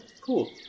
Cool